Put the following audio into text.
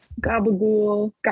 Gabagool